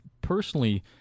personally –